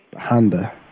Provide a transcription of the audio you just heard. Honda